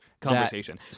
conversation